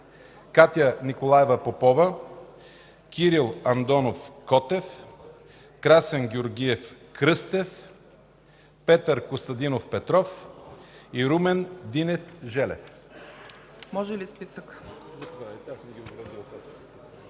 Катя Николаева Попова; Кирил Андонов Котев; Красен Георгиев Кръстев; Петър Костадинов Петров и Румен Динев Желев.